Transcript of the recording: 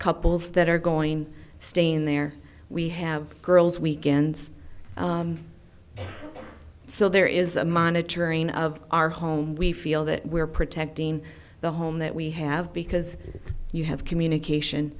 couples that are going stay in there we have girls weekends so there is a monitoring of our home we feel that we're protecting the home that we have because you have communication